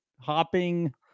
hopping